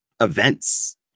events